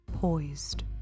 poised